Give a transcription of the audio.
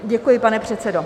Děkuji, pane předsedo.